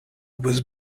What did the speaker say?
was